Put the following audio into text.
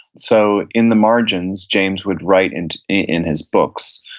so in the margins, james would write and in his books.